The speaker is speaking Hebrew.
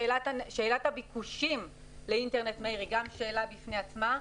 שאלת הביקושים לאינטרנט מהיר היא גם שאלה בפני עצמה,